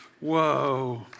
Whoa